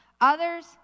others